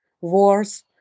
wars